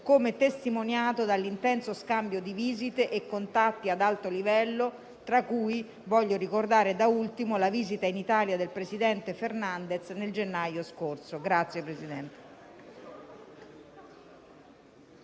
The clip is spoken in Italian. come testimoniato dall'intenso scambio di visite e contatti ad alto livello, tra cui voglio ricordare - da ultimo - la visita in Italia del presidente Fernández nel gennaio scorso.